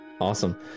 awesome